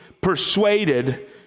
persuaded